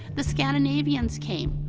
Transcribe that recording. the scandinavians came,